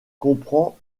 comprend